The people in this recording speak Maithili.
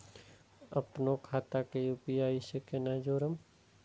अपनो खाता के यू.पी.आई से केना जोरम?